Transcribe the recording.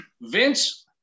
vince